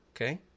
okay